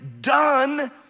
done